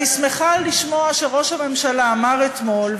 אני שמחה לשמוע שראש הממשלה אמר אתמול,